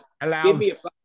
allows